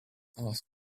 ask